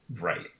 right